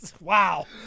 Wow